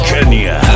Kenya